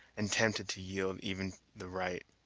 and tempted to yield even the right.